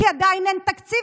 כי עדיין אין תקציב.